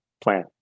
plan